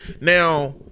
now